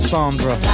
Sandra